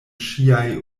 ŝiaj